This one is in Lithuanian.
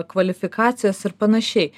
kvalifikacijos ir panašiai